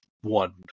one